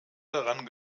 daran